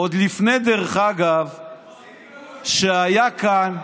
עוד לפני שהיה כאן,